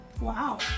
Wow